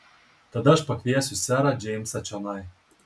tada aš pakviesiu serą džeimsą čionai